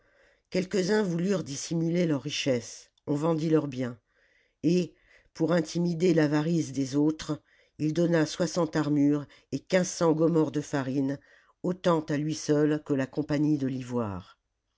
quelques-uns voulurent dissimuler leurs richesses on vendit leurs biens et pour intimider l'avance des autres il donna soixante armures et quinze cents gommors de farine autant à lui seul que la compagnie de l'ivoire